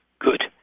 Good